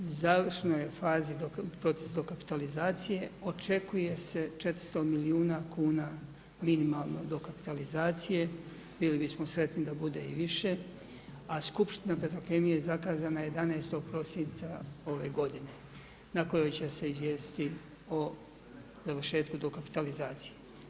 U završnoj je fazi proces dokapitalizacije, očekuje se 400 milijuna kuna minimalno dokapitalizacije, bili bismo sretni da bude i više a skupština Petrokemije zakazana je 11. prosinca ove godine na kojoj će se izvijestiti o završetku dokapitalizacije.